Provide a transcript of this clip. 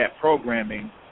programming